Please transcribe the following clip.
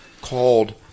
called